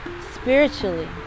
Spiritually